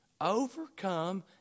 Overcome